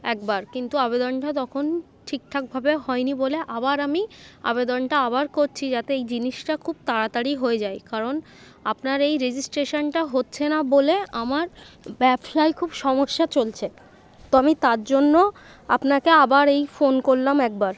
একবার কিন্তু আবেদনটা তখন ঠিকঠাকভাবে হয়নি বলে আবার আমি আবেদনটা আবার করছি যাতে এই জিনিসটা খুব তাড়াতাড়ি হয়ে যায় কারণ আপনার এই রেজিস্ট্রেশনটা হচ্ছে না বলে আমার ব্যবসায় খুব সমস্যা চলছে তো আমি তার জন্য আপনাকে আবার এই ফোন করলাম একবার